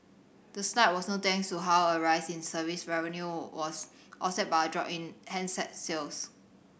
the slide was no thanks to how a rise in service revenue was offset by a drop in handset sales